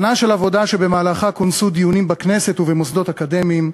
שנה של עבודה שבמהלכה כונסו דיונים בכנסת ובמוסדות אקדמיים,